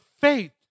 faith